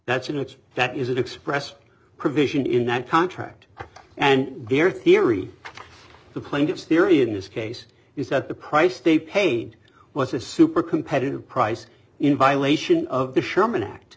it's that is it express provision in that contract and their theory the plaintiff's theory in this case is that the price they paid was a super competitive price in violation of the sherman act